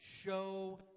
show